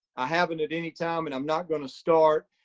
i haven't at any time, and i'm not gonna start.